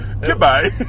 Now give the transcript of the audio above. Goodbye